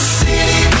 city